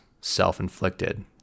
self-inflicted